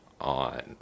on